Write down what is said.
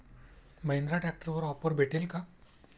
महिंद्रा ट्रॅक्टरवर ऑफर भेटेल का?